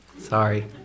Sorry